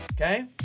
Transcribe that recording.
Okay